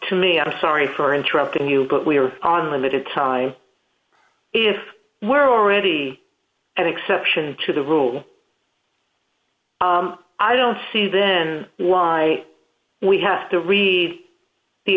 to me i'm sorry for interrupting you but we are on limited time if we're already an exception to the rule i don't see then why we have to read the